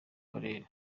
karere